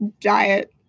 diet